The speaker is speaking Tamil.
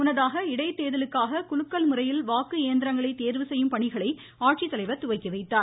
முன்னதாக இடைத்தேர்தலுக்காக குலுக்கல் முறையில் வாக்கு இயந்திரங்களை தேர்வு செய்யும் பணிகளை ஆட்சித்தலைவர் துவக்கி வைத்தார்